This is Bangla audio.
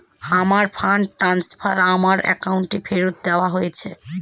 আমার ফান্ড ট্রান্সফার আমার অ্যাকাউন্টে ফেরত দেওয়া হয়েছে